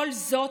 כל זאת,